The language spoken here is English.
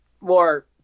more